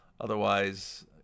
Otherwise